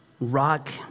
rock